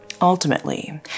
Ultimately